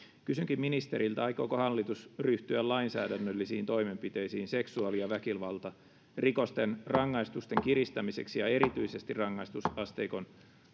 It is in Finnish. kysynkin ministeriltä aikooko hallitus ryhtyä lainsäädännöllisiin toimenpiteisiin seksuaali ja väkivaltarikosten rangaistusten kiristämiseksi ja erityisesti rangaistusasteikon